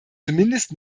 zumindest